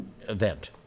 event